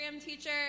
teacher